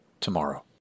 tomorrow